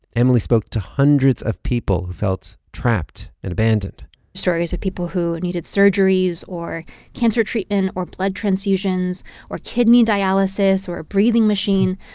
emily spoke to hundreds of people who felt trapped and abandoned stories of people who needed surgeries or cancer treatment or blood transfusions or kidney dialysis or a breathing machine,